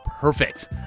perfect